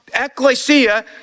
ecclesia